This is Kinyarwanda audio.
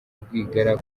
rwigara